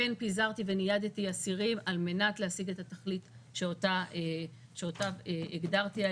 כן פיזרתי וניידתי אסירים על מנת להשיג את התכלית שאותה הגדרתי.